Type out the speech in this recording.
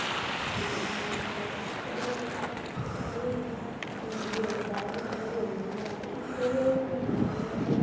सानू ख़बर सनोची जा ते ओह् ताइंये न्यूज़ दिखदे ना टीवी दिखदे ना जित्थूं उंहेगी ख़बरां सारियां पता चली जंदियां